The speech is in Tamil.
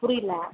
புரியல